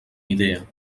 idea